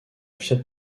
fiat